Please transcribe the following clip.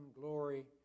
glory